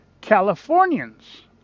Californians